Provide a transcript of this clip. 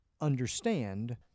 understand